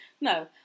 no